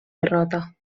derrota